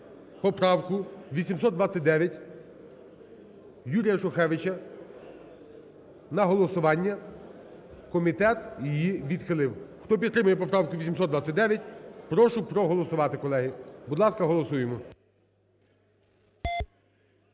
поправку 829 Юрія Шухевича на голосування. Комітет її відхилив. Хто підтримує поправку 829, прошу проголосувати, колеги. Будь ласка, голосуємо.